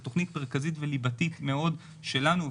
זאת תוכנית מרכזית וליבתית מאוד שלנו.